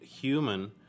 human